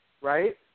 right